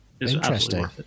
interesting